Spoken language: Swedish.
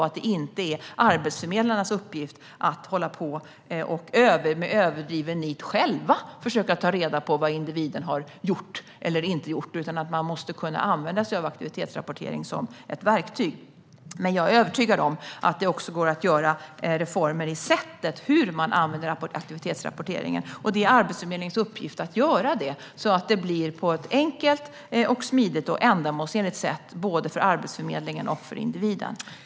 Det ska inte vara arbetsförmedlarnas uppgift att själva med överdriven nit försöka ta reda på vad individen har gjort eller inte gjort, men man måste kunna använda sig av aktivitetsrapportering som ett verktyg. Men jag är övertygad om att det också går att göra reformer i sättet att använda aktivitetsrapporteringen. Det är Arbetsförmedlingens uppgift att göra så att detta kan ske på ett sätt som är enkelt, smidigt och ändamålsenligt både för Arbetsförmedlingen och för individen.